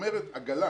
כלומר עגלה